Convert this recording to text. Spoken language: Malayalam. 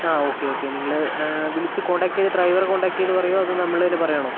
ആ ഓക്കേ ഓക്കേ നിങ്ങള് വിളിച്ച് കോണ്ടാക്റ്റ് ചെയ്ത് ഡ്രൈവറെ കോൺടാക്ട് പറയുമോ അതോ നമ്മള് തന്നെ പറയണോ